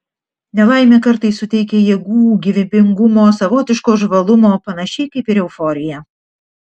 nelaimė kartais suteikia jėgų gyvybingumo savotiško žvalumo panašiai kaip ir euforija